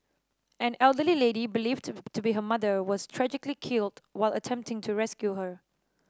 an elderly lady believed to be her mother was tragically killed while attempting to rescue her